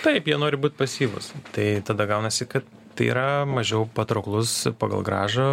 taip jie nori būt pasyvūs tai tada gaunasi kad tai yra mažiau patrauklus pagal grąžą